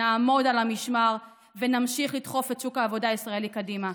נעמוד על המשמר ונמשיך לדחוף את שוק העבודה הישראלי קדימה,